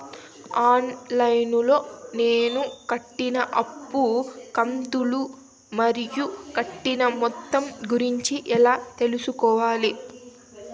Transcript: On line లో నేను కట్టిన అప్పు కంతులు మరియు కట్టిన మొత్తం గురించి ఎలా తెలుసుకోవాలి?